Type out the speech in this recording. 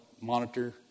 monitor